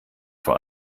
vor